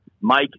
Mike